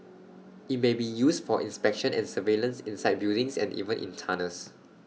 IT may be used for inspection and surveillance inside buildings and even in tunnels